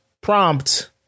prompt